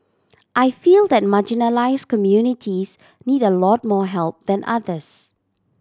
I feel that marginalised communities need a lot more help than others